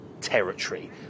territory